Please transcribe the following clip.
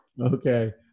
Okay